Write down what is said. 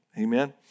Amen